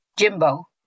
Jimbo